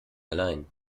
allein